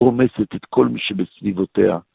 עומסת את כל מי שבסביבותיה.